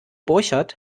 borchert